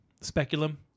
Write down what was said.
Speculum